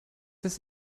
des